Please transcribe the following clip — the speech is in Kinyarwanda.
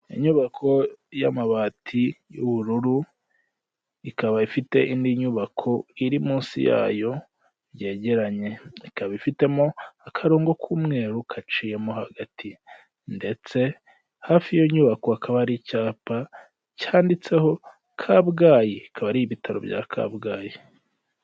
Inyubako y'amabati y'ubururu, ikaba ifite indi nyubako iri munsi yayo byegeranye, ikaba ifitemo akarongo k'umweru gaciyemo hagati ndetse hafi y'iyo nyubako hakaba hari icyapa cyanditseho Kabgayi, bikaba ari ibitaro bya Kabgayi.